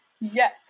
Yes